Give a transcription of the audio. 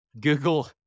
Google